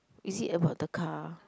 is it about the car